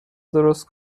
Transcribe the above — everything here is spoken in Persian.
درست